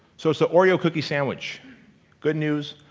so it's the oreo cookie sandwich good news,